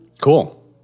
Cool